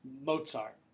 Mozart